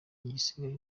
igisigaye